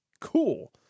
Cool